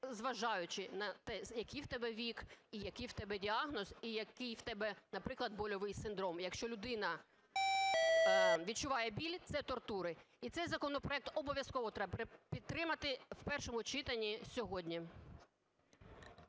незважаючи на те, який в тебе вік і який в тебе діагноз, і який в тебе, наприклад, больовий синдром. Якщо людина відчуває біль – це тортури. І цей законопроект обов'язково треба підтримати в першому читанні сьогодні.